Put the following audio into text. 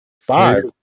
Five